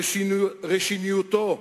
ראשוניותו,